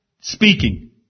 Speaking